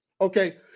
Okay